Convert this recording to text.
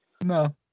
No